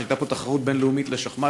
הייתה פה תחרות בין-לאומית לשחמט.